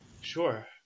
Sure